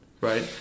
right